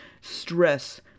stress